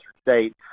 State